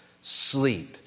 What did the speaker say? Sleep